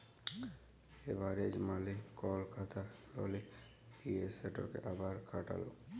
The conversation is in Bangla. লেভারেজ মালে কল টাকা ললে লিঁয়ে সেটকে আবার খাটালো